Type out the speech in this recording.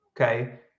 okay